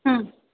हं